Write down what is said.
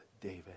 David